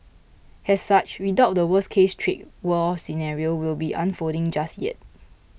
as such we doubt the worst case trade war scenario will be unfolding just yet